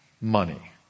money